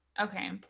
Okay